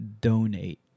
Donate